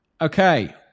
Okay